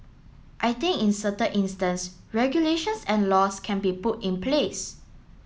I think in certain instance regulations and laws can be put in place